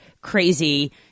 crazy